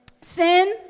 Sin